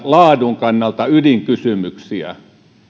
laadun kannalta ydinkysymyksiä